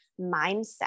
mindset